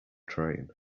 train